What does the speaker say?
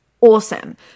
awesome